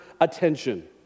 attention